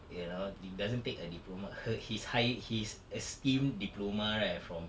you know it doesn't take a diploma her his higher his esteemed diploma right from